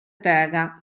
terra